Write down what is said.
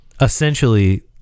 essentially